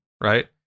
Right